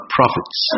prophets